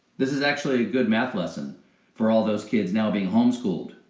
this is actually a good math lesson for all those kids now being home-schooled.